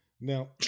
Now